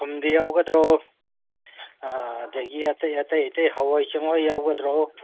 ꯊꯨꯝꯗꯤ ꯌꯥꯎꯒꯗ꯭ꯔꯣ ꯑꯗꯒꯤ ꯑꯇꯩ ꯑꯇꯩ ꯑꯇꯩ ꯍꯋꯥꯏ ꯆꯦꯡꯋꯥꯏ ꯌꯥꯎꯒꯗ꯭ꯔꯣ